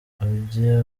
ujye